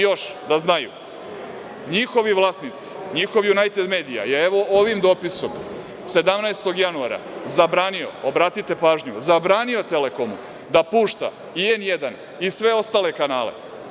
Još da znaju, njihovi vlasnici, njihova „Junajted medija“, evo, ovim dopisom 17. januara zabranio, obratite pažnju, zabranio „Telekomu“ da pušta i „N1“ i sve ostale kanale.